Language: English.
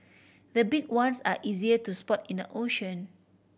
the big ones are easier to spot in the ocean